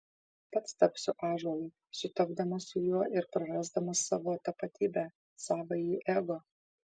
pats tapsiu ąžuolu sutapdamas su juo ir prarasdamas savo tapatybę savąjį ego